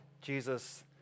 Jesus